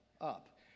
up